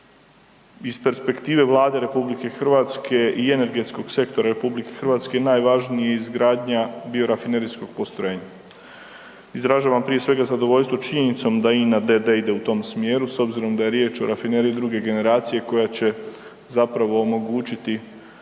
iz perspektive Vlade RH i Energetskog sektora RH najvažniji je izgradnja biorafinerijskog postrojenja. Izražavam prije svega zadovoljstvo činjenicom da INA d.d. ide u tom smjeru s obzirom da je riječ o rafineriji druge generacije koja će zapravo omogućiti